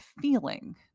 feeling